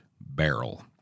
barrel